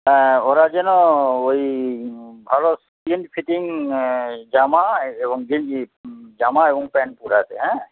হ্যাঁ ওরা যেন ওই ভালো স্কিন ফিটিং জামা এবং গেঞ্জি জামা এবং প্যান্ট পরে আসে হ্যাঁ